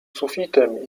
sufitem